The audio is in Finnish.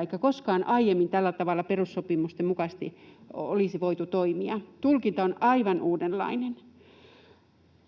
eikä koskaan aiemmin tällä tavalla perussopimusten mukaisesti olisi voitu toimia. Tulkinta on aivan uudenlainen.